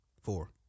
four